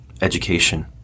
education